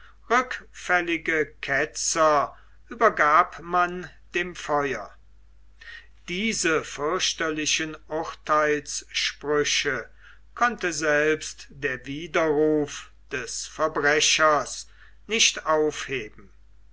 ketzer übergab man dem feuer diese fürchterlichen urtheilssprüche konnte selbst der widerruf des verbrechers nicht aufheben